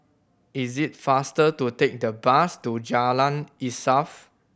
is it faster to take the bus to Jalan Insaf